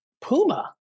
Puma